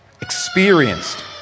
experienced